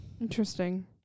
Interesting